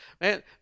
man